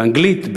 באנגלית,